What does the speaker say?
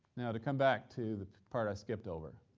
now to come back to the part i skipped over,